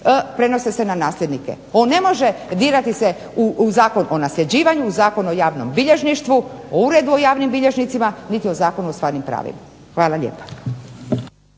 prenose se na nasljednike. On ne može dirati se u Zakon o nasljeđivanju, Zakon o javnom bilježništvu o Uredu o javnim bilježnicima niti o Zakonu o stvarnim pravima. Hvala lijepa.